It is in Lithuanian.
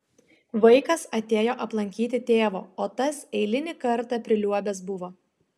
vaikas atėjo aplankyti tėvo o tas eilinį kartą priliuobęs buvo